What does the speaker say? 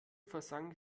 versank